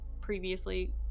previously